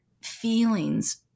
feelings